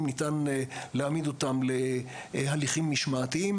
ניתן להעמיד אותם להליכים משמעתיים,